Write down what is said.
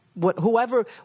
whoever